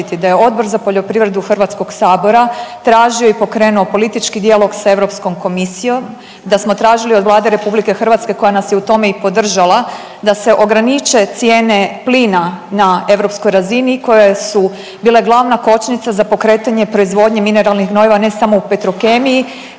da je Odbor za poljoprivredu HS tražio i pokrenuo politički dijalog sa Europskom komisijom, da smo tražili od Vlade RH koja nas je u tome i podržala da se ograniče cijene plina na europskoj razini koje su bile glavna kočnica za pokretanje proizvodnje mineralnih gnojiva ne samo u Petrokemiji